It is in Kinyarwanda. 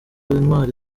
intwari